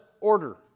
order